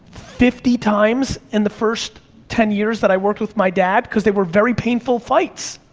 fifty times in the first ten years that i worked with my dad, cause they were very painful fights.